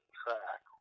track